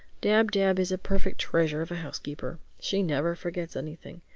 dab-dab is a perfect treasure of a housekeeper she never forgets anything.